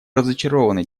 разочарованы